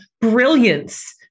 brilliance